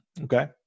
Okay